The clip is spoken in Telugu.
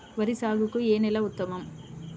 వరి సాగుకు ఏ నేల ఉత్తమం?